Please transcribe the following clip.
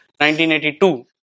1982